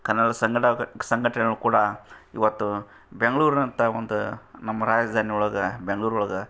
ಕನ್ನಡ ಸಂಗಟ ಕ ಸಂಘಟನೆಗಳು ಕೂಡ ಇವತ್ತು ಬೆಂಗ್ಳೂರ್ನಂಥ ಒಂದು ನಮ್ಮ ರಾಜ್ಧಾನಿಯೊಳಗೆ ಬೆಂಗ್ಳೂರೊಳ್ಗ